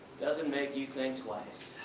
doesn't make you think twice.